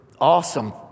awesome